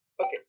Okay